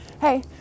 hey